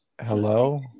Hello